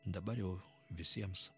dabar jau visiems